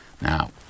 Now